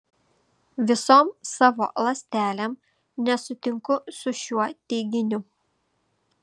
visom savo ląstelėm nesutinku su šiuo teiginiu